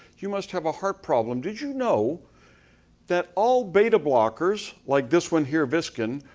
you must have a heart problem. did you know that all beta blockers, like this one here, viscan,